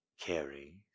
Carry